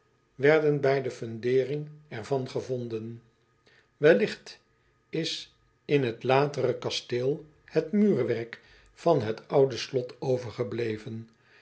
werden bij de fundering er van gevonden elligt is in het latere kasteel het muurwerk van het oude slot overgebleven